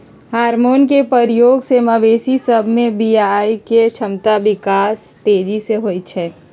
hormone के प्रयोग से मवेशी सभ में बियायके क्षमता विकास तेजी से होइ छइ